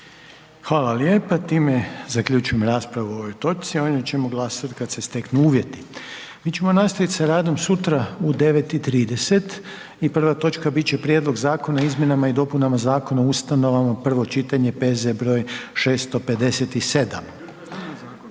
Hvala lijepa, time zaključujem raspravu o ovoj točci a o njoj ćemo glasovati ka d se steknu uvjeti. Mi ćemo nastavit sa radom sutra u 9 i 30 i prva točka bit će Prijedlog zakona o izmjenama i dopunama Zakona o Ustanovama, prvo čitanje, P.Z. br. 657.